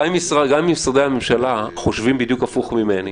גם אם משרדי הממשלה חושבים בדיוק הפוך ממני,